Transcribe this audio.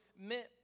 meant